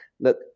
Look